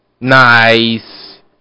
Nice